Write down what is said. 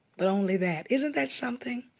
but only that. isn't that something?